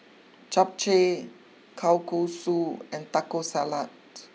Japchae Kalguksu and Taco Salad